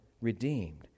redeemed